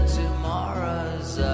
tomorrow's